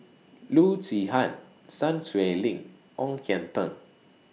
Loo Zihan Sun Xueling Ong Kian Teng